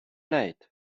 wneud